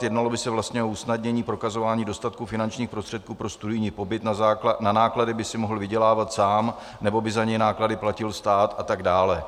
Jednalo by se vlastně o usnadnění prokazování dostatku finančních prostředků pro studijní pobyt, na náklady by si mohl vydělávat sám, nebo by za něj náklady platil stát atd.